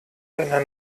deiner